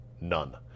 None